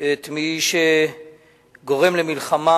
את מי שגורם למלחמה,